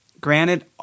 granted